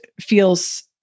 feels